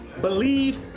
Believe